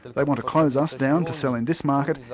they want to close us down to sell in this market,